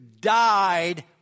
died